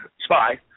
spy